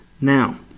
Now